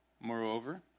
Moreover